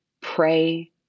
pray